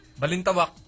Balintawak